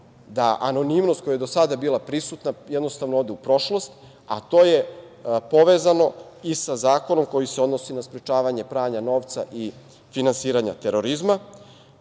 da anonimnost koja je do sada bila prisutna jednostavno ode u prošlost, a to je povezano i sa zakonom koji se odnosi na sprečavanje pranja novca i finansiranja terorizma.